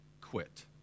quit